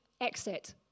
exit